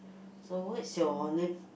so what's your nei~